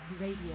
Radio